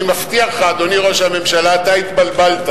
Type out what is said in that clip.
אני מבטיח לך, אדוני ראש הממשלה, אתה התבלבלת.